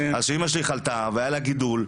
כשאמא שלי חלתה והיה לה גידול,